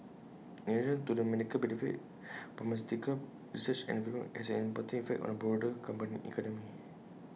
in addition to the medical benefit pharmaceutical research and development has an important impact on the broader economy